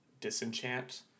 disenchant